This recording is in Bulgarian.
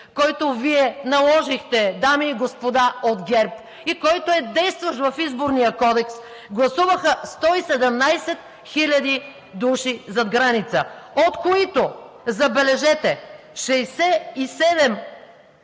който Вие наложихте, дами и господа от ГЕРБ, и който е действащ в Изборния кодекс, гласуваха 117 хиляди души зад граница, от които, забележете, 67